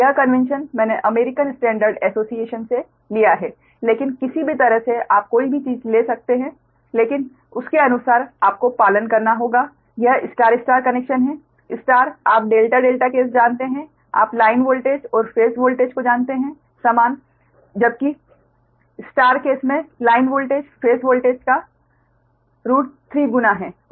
यह कन्वेंशन मैंने American standard association से लिया है लेकिन किसी भी तरह से आप कोई भी चीज़ ले सकते हैं लेकिन उसके अनुसार आपको पालन करना होगा यह स्टार स्टार कनेक्शन है स्टार आप डेल्टा डेल्टा केस जानते है आप लाइन वोल्टेज और फेस वोल्टेज को जानते हैं समान जबकि स्टार केस में लाइन वोल्टेज फेस वोल्टेज का √3 गुना है